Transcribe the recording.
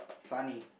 funny